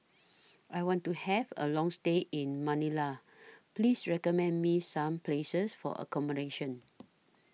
I want to Have A Long stay in Manila Please recommend Me Some Places For accommodation